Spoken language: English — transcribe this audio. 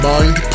Mind